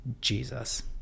Jesus